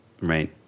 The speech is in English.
right